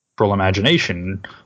imagination